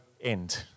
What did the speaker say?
end